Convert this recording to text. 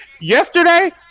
yesterday